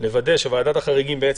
לוודא שוועדת החריגים פועלת.